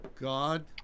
God